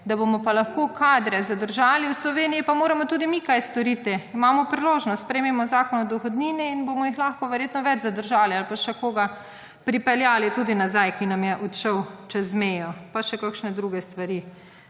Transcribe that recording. Da bomo pa lahko kadre zadržali v Sloveniji, pa moramo tudi mi kaj storiti. Imamo priložnost, sprejmimo zakon o dohodnini in jih bomo lahko verjetno več zadržali ali pa še koga pripeljali tudi nazaj, ki nam je odšel čez mejo. Pa še kakšne druge stvari.